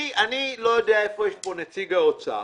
אני לא יודע אם נמצא כאן נציג האוצר